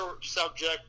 subject